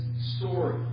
story